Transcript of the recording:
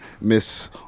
Miss